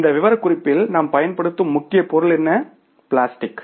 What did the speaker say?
இந்த விவரக்குறிப்பில் நாம் பயன்படுத்தும் முக்கிய பொருள் என்ன பிளாஸ்டிக்